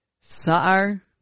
Saar